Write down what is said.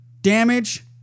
damage